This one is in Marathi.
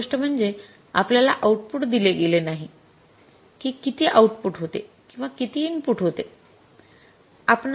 दुसरी गोष्ट म्हणजे आपल्याला आउटपुट दिले गेले नाही की किती आउटपुट होते किंवा किती इनपुट होते